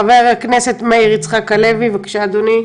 חבר הכנסת מאיר יצחק הלוי, בבקשה, אדוני.